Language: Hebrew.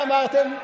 מה אמרתם?